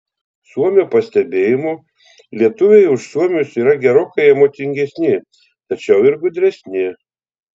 suomio pastebėjimu lietuviai už suomius yra gerokai emocingesni tačiau ir gudresni